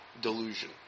delusion